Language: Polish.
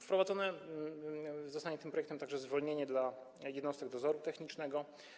Wprowadzone zostanie tym projektem także zwolnienie dla jednostek dozoru technicznego.